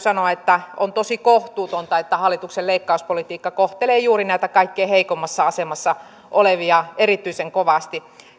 sanoa että on tosi kohtuutonta että hallituksen leikkauspolitiikka kohtelee juuri näitä kaikkein heikoimmassa asemassa olevia erityisen kovasti